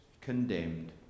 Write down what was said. condemned